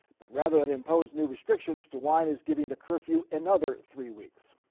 but rather than impose new restrictions dewine is giving the curfew another three weeks.